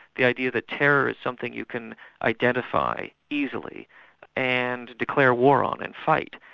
the idea that terror is something you can identify easily and declare war on and fight,